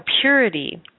purity